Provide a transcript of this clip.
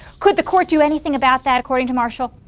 could the court do anything about that? according to marshall,